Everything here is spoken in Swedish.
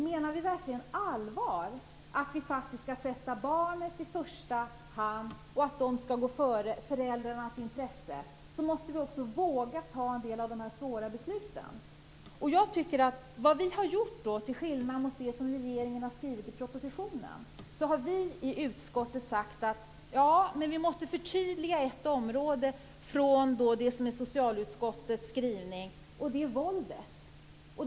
Menar vi verkligen allvar med att vi skall sätta barnen i första hand och att de skall gå före föräldrarnas intresse, måste vi också våga fatta en del av de här svåra besluten. Det vi har sagt i utskottet, som skiljer sig från det som regeringen har skrivit i propositionen, är att vi måste förtydliga ett område i det som är socialutskottets skrivning, och det gäller våldet.